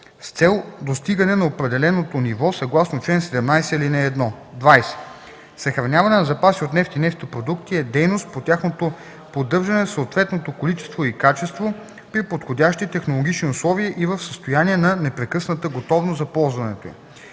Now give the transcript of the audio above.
с цел достигане на определеното ниво съгласно чл. 17, ал. 1. 20. „Съхраняване на запаси от нефт и нефтопродукти” е дейност по тяхното поддържане в съответното количество и качество, при подходящи технологични условия и в състояние на непрекъсната готовност за ползването им.